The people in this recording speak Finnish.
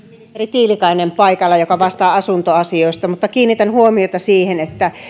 tiilikainen joka vastaa asuntoasioista mutta kiinnitän huomiota siihen että